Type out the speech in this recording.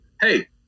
Hey